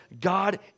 God